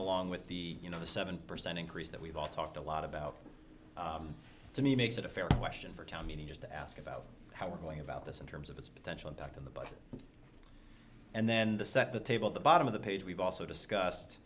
along with the you know the seven percent increase that we've all talked a lot about to me makes it a fair question for a town meeting just to ask about how we're going about this in terms of its potential docked in the budget and then the set the table at the bottom of the page we've also discussed